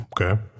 okay